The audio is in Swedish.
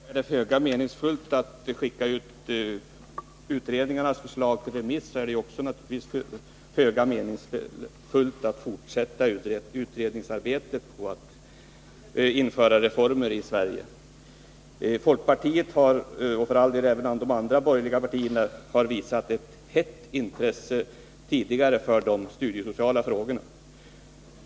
Herr talman! Är det föga meningsfullt att skicka ut utredningarnas förslag på remiss, så är det naturligtvis också föga meningsfullt att fortsätta utredningsarbetet när det gäller att införa reformer i Sverige. Folkpartiet — och för all del även de andra borgerliga partierna — har visat ett hett intresse tidigare för de studiesociala frågorna.